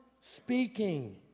speaking